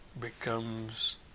becomes